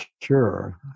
sure